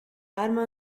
arma